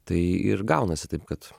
tai ir gaunasi taip kad